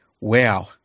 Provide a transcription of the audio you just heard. wow